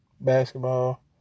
basketball